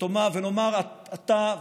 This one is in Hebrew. ונאמר אתה,